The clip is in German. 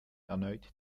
erneut